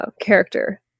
character